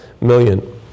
million